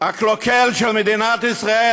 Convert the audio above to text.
הקלוקל של מדינת ישראל,